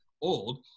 old